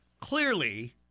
Clearly